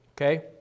Okay